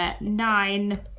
nine